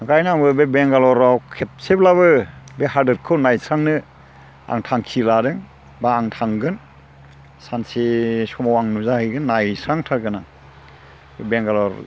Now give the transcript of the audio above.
ओंखायनो आंबो बे बेंगालराव खेबसेब्लाबो बे हादोरखौ नायस्रांनो आं थांखि लादों बा आं थांगोन सानसे समाव आं नुजाहैगोन नायस्रां थारगोन आं बेंगालर